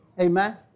Amen